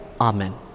Amen